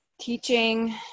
teaching